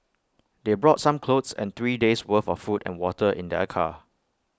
they brought some clothes and three days' worth of food and water in their car